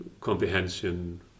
comprehension